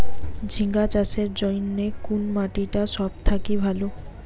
ঝিঙ্গা চাষের জইন্যে কুন মাটি টা সব থাকি ভালো?